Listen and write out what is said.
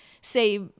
say